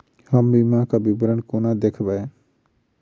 हम बीमाक विवरण कोना देखबै?